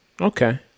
Okay